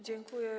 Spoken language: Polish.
Dziękuję.